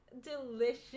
delicious